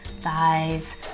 thighs